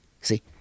see